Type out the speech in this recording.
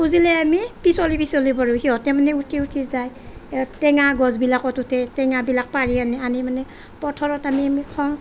খুজিলে আমি পিছলি পিছলি পৰোঁ সিহঁতে মানে উঠি উঠি যাই টেঙা গছবিলাকত উঠে টেঙাবিলাক পাৰি আনে আনি মানে পথাৰত আমি খাওঁ